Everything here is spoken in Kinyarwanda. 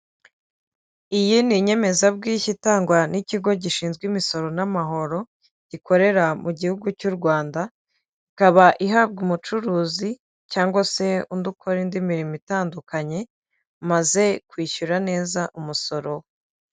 Iyi ni inyemezabwishyu itangwa n'ikigo gishinzwe imisoro n'amahoro gikorera mu gihugu cy'u Rwanda, ikaba ihabwa umucuruzi cyangwa se undi ukora indi mirimo itandukanye, wamaze kwishyura neza umusoro.